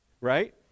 right